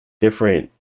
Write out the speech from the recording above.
different